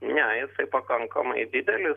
ne jisai pakankamai didelis